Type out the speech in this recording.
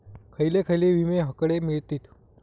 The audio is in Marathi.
खयले खयले विमे हकडे मिळतीत?